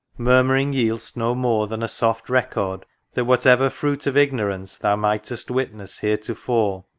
murmuring yield'st no more than a soft record that whatever fruit of ignorance thou might'st witness heretofore,